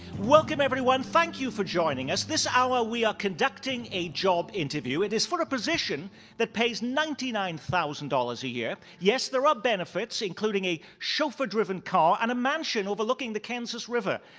welcome, everyone, thank you for joining us. this hour, we're conducting a job interview. and it's for a position that pays ninety nine thousand dollars a year and yes, there are benefits, including a chauffeur-driven car and a mansion overlooking the kansas river.